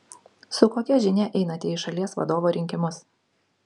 su kokia žinia einate į šalies vadovo rinkimus